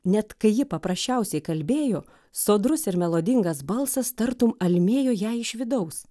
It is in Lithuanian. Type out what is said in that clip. net kai ji paprasčiausiai kalbėjo sodrus ir melodingas balsas tartum almėjo jai iš vidaus